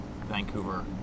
Vancouver